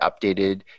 updated